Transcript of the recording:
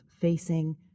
facing